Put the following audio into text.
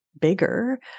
bigger